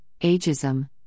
ageism